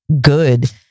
good